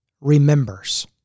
remembers